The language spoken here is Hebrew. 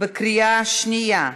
בקריאה שנייה.